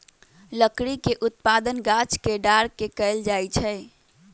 लकड़ी के उत्पादन गाछ के डार के कएल जाइ छइ